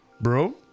bro